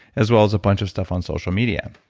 as well as a bunch of stuff on social media.